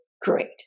great